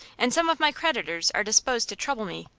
and some of my creditors are disposed to trouble me.